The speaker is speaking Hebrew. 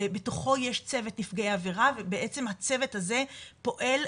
ובתוכו יש צוות נפגעי עבירה ובעצם הצוות הזה פועל.